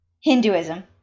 Hinduism